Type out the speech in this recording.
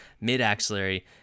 mid-axillary